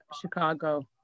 Chicago